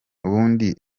ubundi